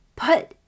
Put